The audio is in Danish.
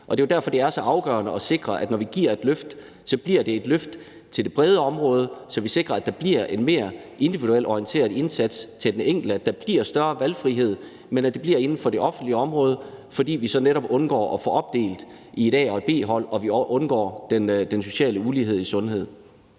Det er jo derfor, det er så afgørende at sikre, at det, når vi giver et løft, bliver et løft til det brede område, så vi sikrer, at der bliver en mere individuelt orienteret indsats i forhold til den enkelte, og at der bliver større valgfrihed, men at det bliver inden for det offentlige område, fordi vi så netop undgår at få opdelt de fødende i et A- og et B-hold og den sociale ulighed i sundhed.